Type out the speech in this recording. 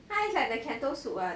it's like the kettle soup [what]